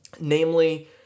Namely